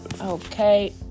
okay